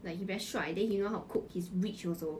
相亲